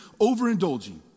overindulging